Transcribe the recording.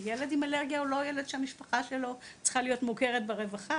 ילד עם אלרגיה הוא לא ילד שהמשפחה שלו צריכה להיות מוכרת ברווחה.